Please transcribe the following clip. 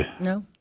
No